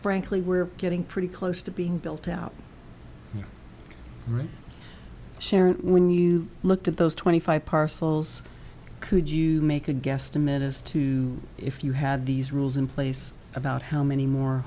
frankly where getting pretty close to being built out right sharon when you look at those twenty five parcels could you make a guesstimate as to if you had these rules in place about how many more